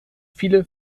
viele